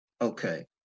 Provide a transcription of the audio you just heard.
Okay